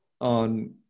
on